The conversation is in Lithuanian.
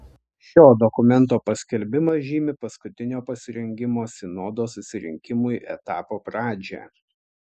šio dokumento paskelbimas žymi paskutinio pasirengimo sinodo susirinkimui etapo pradžią